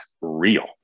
real